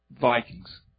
Vikings